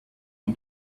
you